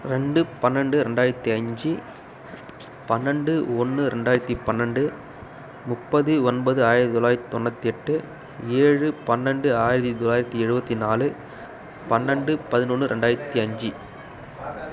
ரெண்டு பன்னெண்டு ரெண்டாயிரத்து அஞ்சு பன்னெண்டு ஒன்று ரெண்டாயிரத்து பன்னெண்டு முப்பது ஒன்பது ஆயிரத்து தொள்ளாயிரத்து தொண்ணூற்றி எட்டு ஏழு பன்னெண்டு ஆயிரத்து தொள்ளாயிரத்து எழுபத்தி நாலு பன்னெண்டு பதினொன்று ரெண்டாயிரத்து அஞ்சு